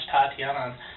Tatiana